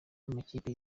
amakipe